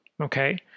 Okay